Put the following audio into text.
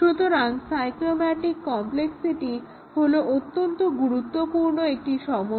সুতরাং cyclomatic complexity হলো খুব গুরুত্বপূর্ণ একটি সমস্যা